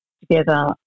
together